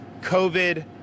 COVID